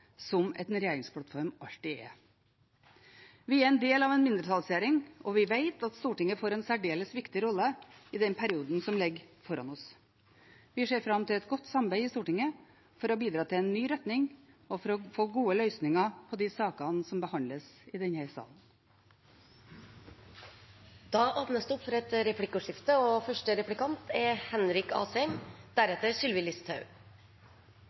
en regjeringsplattform alltid er. Vi er en del av en mindretallsregjering, og vi vet at Stortinget får en særdeles viktig rolle i den perioden som ligger foran oss. Vi ser fram til et godt samarbeid i Stortinget for å bidra til en ny retning og for å få gode løsninger på de sakene som behandles i